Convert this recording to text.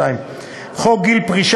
79. חוק הגנה על עובדים